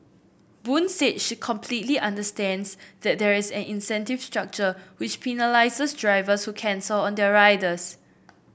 Boon said she completely understands that there is an incentive structure which penalises drivers who cancel on their riders